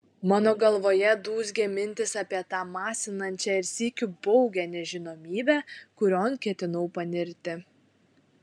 mano galvoje dūzgė mintys apie tą masinančią ir sykiu baugią nežinomybę kurion ketinau panirti